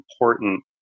important